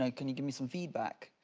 ah can you give me some feedback?